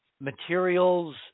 materials